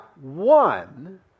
one